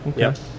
Okay